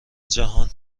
جهان